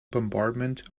bombardment